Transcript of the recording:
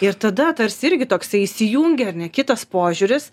ir tada tarsi irgi toksai įsijungia ar ne kitas požiūris